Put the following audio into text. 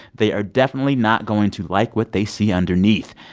they are definitely not going to like what they see underneath.